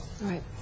right